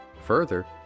Further